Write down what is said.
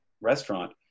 restaurant